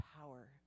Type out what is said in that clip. power